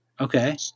Okay